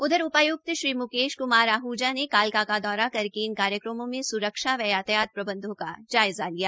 उधर उपायुक्त श्री मुकेश कुमार आहजा ने कालका का दौरा करके इन कार्यक्रमों में सुरक्षा व यातायात प्रबन्धों का जायजा लिया